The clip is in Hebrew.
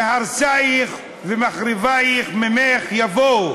מהרסייך ומחריבייך ממך יבואו.